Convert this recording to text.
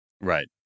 Right